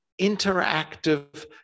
interactive